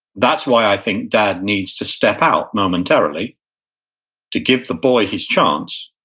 that's why i think dad needs to step out momentarily to give the boy his chance,